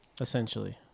essentially